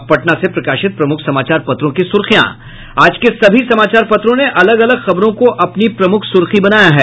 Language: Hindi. अब पटना से प्रकाशित प्रमुख समाचार पत्रों की सुर्खियां आज के सभी समाचार पत्रों ने अलग अलग खबरों को अपनी प्रमुख सुर्खी बनाया है